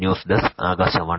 news desk Akashvani